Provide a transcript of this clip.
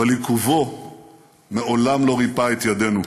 אבל עיכובו מעולם לא ריפה את ידינו.